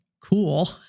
Cool